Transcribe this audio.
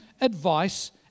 advice